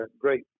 great